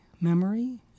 memory